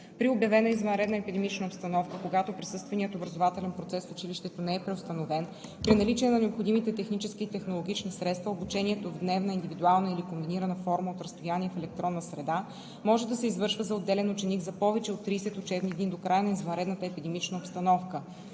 При обявена извънредна епидемична обстановка, когато присъственият образователен процес в училището не е преустановен, при наличие на необходимите технически и технологични средства, обучението в дневна, индивидуална или комбинирана форма от разстояние в електронна среда може да се извършва за отделен ученик за повече от 30 учебни дни до края на извънредната епидемична обстановка: